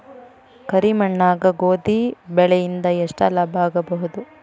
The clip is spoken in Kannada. ಕರಿ ಮಣ್ಣಾಗ ಗೋಧಿ ಬೆಳಿ ಇಂದ ಎಷ್ಟ ಲಾಭ ಆಗಬಹುದ?